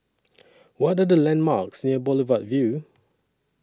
What Are The landmarks near Boulevard Vue